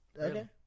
Okay